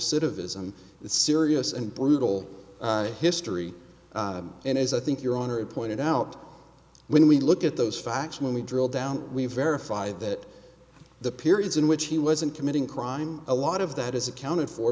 it's serious and brutal history and as i think your honor pointed out when we look at those facts when we drill down we verify that the periods in which he wasn't committing crime a lot of that is accounted for